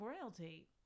royalty